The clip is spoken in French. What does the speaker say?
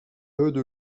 eux